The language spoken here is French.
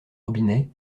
robinet